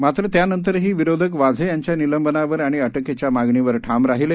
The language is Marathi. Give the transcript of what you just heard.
मात्र त्यानंतरही विरोधक वाझे यांच्या निलंबनावर आणि अटकेच्या मागणीवर ठाम राहिले